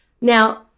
Now